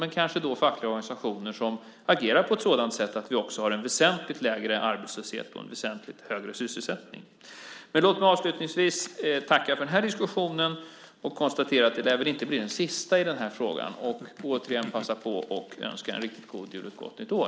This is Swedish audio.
Men det är då kanske fackliga organisationer som agerar på ett sådant sätt att vi också har en väsentligt lägre arbetslöshet och en väsentligt högre sysselsättning. Låt mig avslutningsvis tacka för diskussionen. Jag konstaterar att det inte lär bli den sista i den här frågan. Jag vill återigen passa på att önska en riktig god jul och ett gott nytt år!